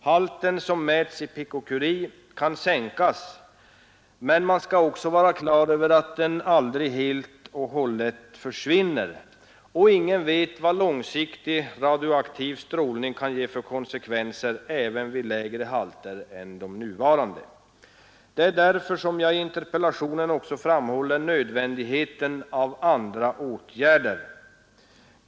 Halten, som mäts i piko-curie kan sänkas, men man skall vara klar över att den aldrig helt försvinner. Ingen vet vad långsiktig och radioaktiv strålning kan ge för konsekvenser även vid lägre halter än de nuvarande. Det är därför som jag i interpellationen också framhåller nödvändigheten av andra åtgärder.